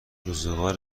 روزگار